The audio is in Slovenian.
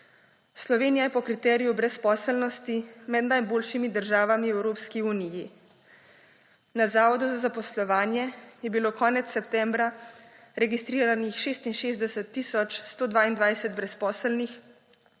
Slovenija je po kriteriju brezposelnosti med najboljšimi državami v Evropski uniji. Na Zavodu za zaposlovanje je bilo konec septembra registriranih 66 tisoč 122 brezposelnih,